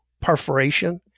perforation